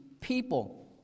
people